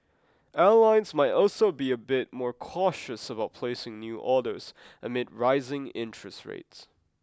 airlines might also be a bit more cautious about placing new orders amid rising interest rates